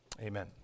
Amen